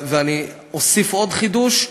ואני אוסיף עוד חידוש,